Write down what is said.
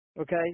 Okay